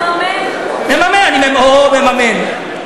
לממן, לממן, אוהו מממן.